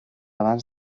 abans